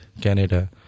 Canada